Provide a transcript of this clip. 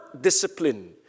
discipline